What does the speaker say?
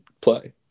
play